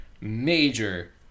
major